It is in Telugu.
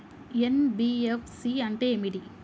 ఎన్.బి.ఎఫ్.సి అంటే ఏమిటి?